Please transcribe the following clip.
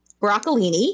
broccolini